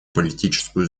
политическую